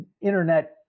internet